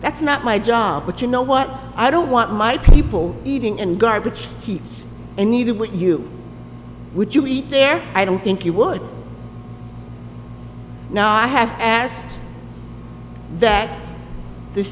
that's not my job but you know what i don't want my people eating and garbage heaps and needed what you would you eat there i don't think you would now i have asked that the